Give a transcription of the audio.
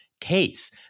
case